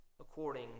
according